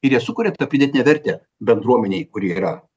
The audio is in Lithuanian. ir jie sukuria tą pridėtinę vertę bendruomenei kuri yra